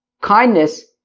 kindness